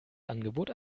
angebot